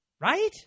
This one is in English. right